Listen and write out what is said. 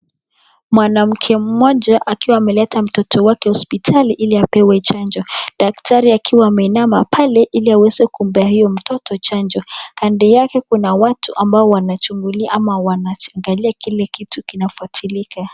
Mwanamke mmoja akiwa ameleta mtoto wake kwa hospitali ili apewe chanjo daktari akiwa ameinama pale ili amweze kumpa mtoto chanjo. Kando yake kuna watu ambao wanachungulia ama wanaangalia kile kitu kinafuatilika.